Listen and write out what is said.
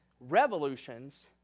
revolutions